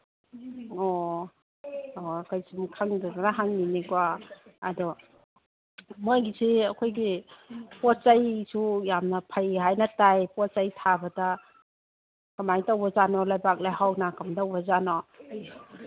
ꯑꯣ ꯑꯣ ꯀꯩꯁꯨꯝ ꯈꯪꯗꯗꯅ ꯍꯪꯉꯤꯕꯅꯤꯀꯣ ꯑꯗꯣ ꯃꯈꯣꯏꯒꯤꯁꯤ ꯑꯩꯈꯣꯏꯒꯤ ꯄꯣꯠ ꯆꯩꯁꯨ ꯌꯥꯝꯅ ꯐꯩ ꯍꯥꯏꯅ ꯇꯥꯏ ꯄꯣꯠ ꯆꯩ ꯊꯥꯕꯗ ꯀꯔꯃꯥꯏ ꯇꯧꯕꯖꯥꯠꯅꯣ ꯂꯩꯕꯥꯛ ꯂꯩꯍꯥꯎꯅ ꯀꯝꯗꯧꯕꯖꯥꯠꯅꯣ